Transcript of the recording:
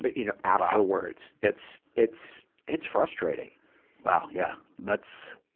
but you know, afterwards. it's, it's, it's frustrating wow, yeah. that's,